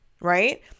Right